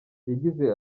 yagize